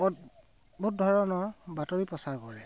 অদ্ভুত ধৰণৰ বাতৰি প্ৰচাৰ কৰে